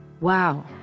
Wow